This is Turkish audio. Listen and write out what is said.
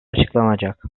açıklanacak